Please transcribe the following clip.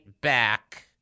back